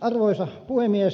arvoisa puhemies